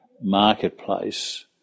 marketplace